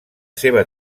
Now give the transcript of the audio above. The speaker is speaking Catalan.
seva